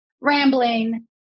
rambling